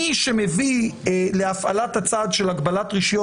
מי שמביא להפעלת הצעד של הגבלת רישיון